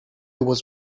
was